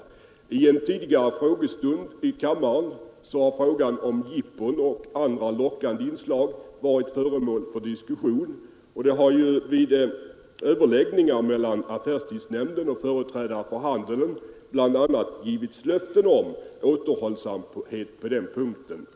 Vid en tidigare frågestund här i kammaren var bl.a. frågan om jippon och andra lockande inslag föremål för diskussion, och då sades det att vid överläggningar mellan affärstidsnämnden och företrädare för handeln hade de sistnämnda avgivit löfte om återhållsamhet i det fallet.